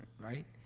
right,